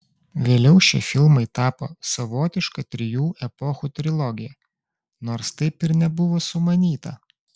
vėliau šie filmai tapo savotiška trijų epochų trilogija nors taip ir nebuvo sumanyta